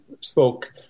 spoke